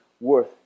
worth